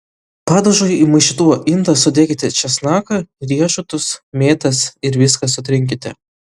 padažui į maišytuvo indą sudėkite česnaką riešutus mėtas ir viską sutrinkite